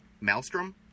Maelstrom